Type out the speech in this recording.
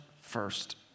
first